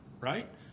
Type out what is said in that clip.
Right